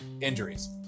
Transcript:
injuries